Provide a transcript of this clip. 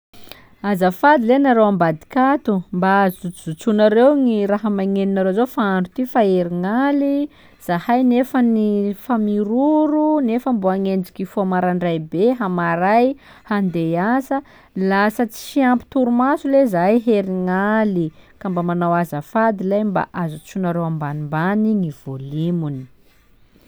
Azafady lehy nareo ambadika ato, mba ajotsojotsoanareo gny raha magnenoreo zô fa andro ty fa herignaly, zahay nefany fa miroro nefa mbô hagnenjiky hifoha marandray be hamaray hande hiasa, lasa tsy ampy torimao lehy zahay herignaly ka mba manao azafady lay mba ajotsosotsoanareo ambany lay gny volumony.